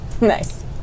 Nice